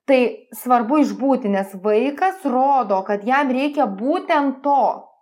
tai svarbu išbūti nes vaikas rodo kad jam reikia būtent to